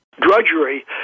drudgery